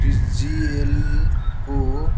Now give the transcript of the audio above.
T G L co